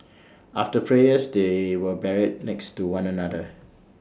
after prayers they were buried next to one another